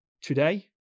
today